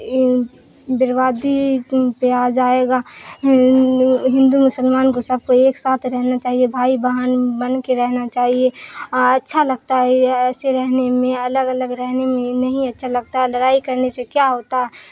بربادی پہ آ جائے گا ہندو مسلمان کو سب کو ایک ساتھ رہنا چاہیے بھائی بہن بن کے رہنا چاہیے اچھا لگتا ہے ایسے رہنے میں الگ الگ رہنے میں نہیں اچھا لگتا ہے لڑائی کرنے سے کیا ہوتا ہے